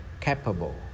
Capable